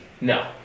No